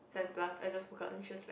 ten plus I just woke up and she was like